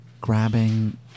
grabbing